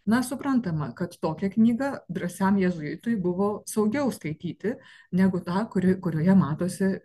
na suprantama kad tokią knygą drąsiam jėzuitui buvo saugiau skaityti negu tą kuri kurioje matosi